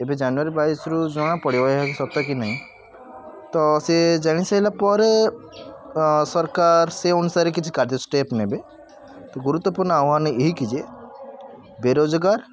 ଏବେ ଜାନୁଆରୀ ବାଇଶରୁ ଜଣାପଡ଼ିବ ସତ କି ନାହିଁ ତ ସେ ଜାଣିସାରିଲା ପରେ ସରକାର ସେ ଅନୁସାରେ କିଛି କାର୍ଯ୍ୟ ଷ୍ଟେପ୍ ନେବେ ଗୁରୁତ୍ୱପୂର୍ଣ୍ଣ ଆହ୍ୱାନ ଏହିକି ଯେ ବେରୋଜଗାର